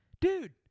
dude